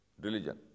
religion